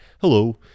hello